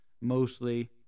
mostly